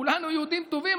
כולנו יהודים טובים.